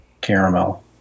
caramel